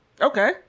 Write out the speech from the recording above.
Okay